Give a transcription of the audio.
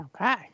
Okay